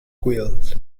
quills